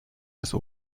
des